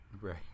Right